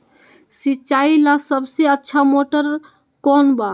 सिंचाई ला सबसे अच्छा मोटर कौन बा?